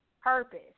purpose